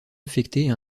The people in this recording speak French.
affecté